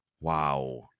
wow